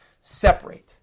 separate